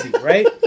Right